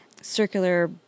circular